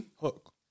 Hook